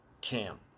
camp